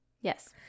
Yes